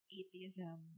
atheism